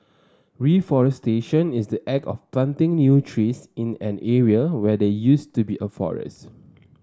reforestation is the act of planting new trees in an area where there used to be a forest